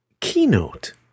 Keynote